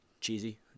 cheesy